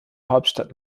hauptstadt